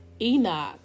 Enoch